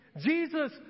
Jesus